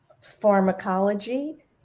pharmacology